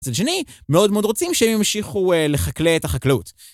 מצד שני, מאוד מאוד רוצים שהם ימשיכו לחקלא את החקלאות.